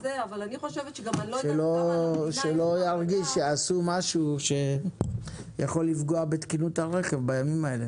שלא יחשוב שבימים האלה עשו משהו שיכול לפגוע בתקינות הרכב.